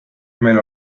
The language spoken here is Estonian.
meil